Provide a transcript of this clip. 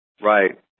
Right